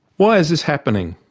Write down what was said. why is this happening?